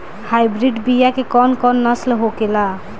Hybrid बीया के कौन कौन नस्ल होखेला?